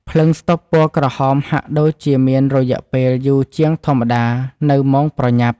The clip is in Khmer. ភ្លើងស្តុបពណ៌ក្រហមហាក់ដូចជាមានរយៈពេលយូរជាងធម្មតានៅម៉ោងប្រញាប់។